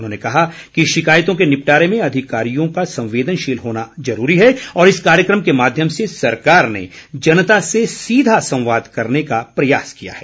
उन्होंने कहा कि शिकायतों के निपटारे में अधिकारियों का संवेदनशील होना जरूरी है और इस कार्यक्रम के माध्यम से सरकार ने जनता से सीधा संवाद करने का प्रयास किया है